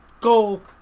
goal